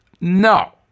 No